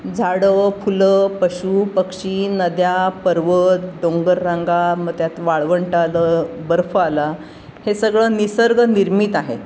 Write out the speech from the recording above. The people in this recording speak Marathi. झाडं फुलं पशु पक्षी नद्या पर्वत डोंगररांगा मग त्यात वाळवंट आलं बर्फ आला हे सगळं निसर्गनिर्मित आहे